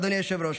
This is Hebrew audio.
אדוני היושב-ראש,